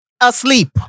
asleep